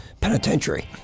penitentiary